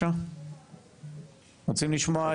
אני חושב שזה גם לא התקבל,